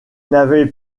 n’avait